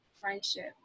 friendship